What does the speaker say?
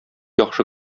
яхшы